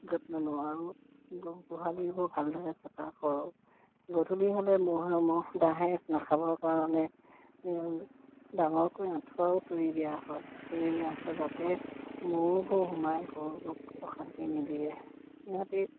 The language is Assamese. যত্ন লওঁ আৰু গোহালিবোৰ ভালদৰে চাফা কৰোঁ গধূলি হ'লে মহে ডাঁহে নাখাবৰ কাৰণে ডাঙৰকৈ আঁঠুৱাও তুৰি দিয়া হয় সেই আঁঠুৱা যাতে মহবোৰ সোমাই গৰুক অশান্তি নিদিয়ে সিহঁতি